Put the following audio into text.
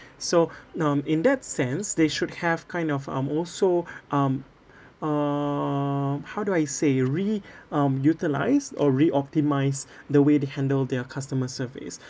so um in that sense they should have kind of um also um uh how do I say really um utilise or reoptimise the way they handle their customer service